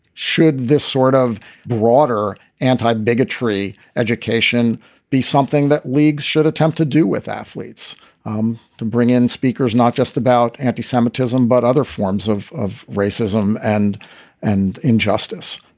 should this sort of broader anti bigotry education be something that leagues should attempt to do with athletes um to bring in speakers not just about anti-semitism, but other forms of of racism and and injustice?